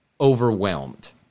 overwhelmed